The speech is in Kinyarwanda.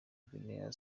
guinea